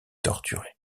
torturé